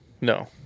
No